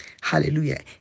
Hallelujah